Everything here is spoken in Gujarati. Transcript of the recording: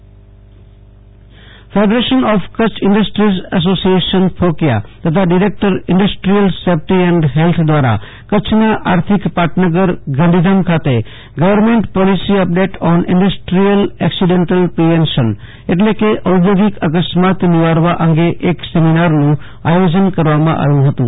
આશુતોષ અંતાણી ગાંધીધામઃ ઔદ્યોગિક seminar federation of Kutch industries association FOKIA તથા director industrial safety and health દ્વારા કચ્છના આર્થીક પાટનગર ગાંધીધામ ખાતે government policy update on industrial accidents prevention એટલે કે ઔદ્યોગિક અકસ્માત નિવારવા એક સેમિનારનું આયોજન કરવામાં આવ્યું હતું